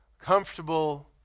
comfortable